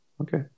Okay